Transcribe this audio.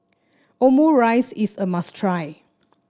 omurice is a must try